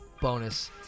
bonus